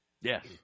Yes